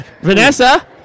Vanessa